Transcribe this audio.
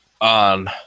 on